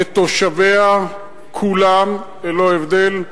לתושביה כולם, ללא הבדל,